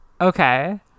Okay